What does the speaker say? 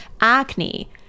acne